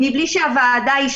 לא בגלל זה בתי החולים לא יקרסו,